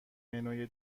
منوی